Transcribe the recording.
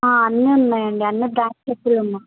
అన్నీ ఉన్నాయండి అన్ని బ్రాండ్ చెప్పులు ఉన్నాయి